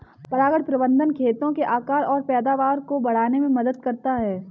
परागण प्रबंधन खेतों के आकार और पैदावार को बढ़ाने में मदद करता है